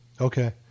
Okay